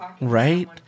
Right